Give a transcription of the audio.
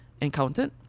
encountered